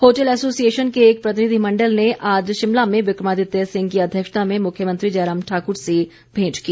hotel association के एक प्रतिनिधिमंडल ने आज शिमला में विक्रमादित्य सिंह की अध्यक्षता में मुख्यमंत्री जयराम ठाक्र से भेंट की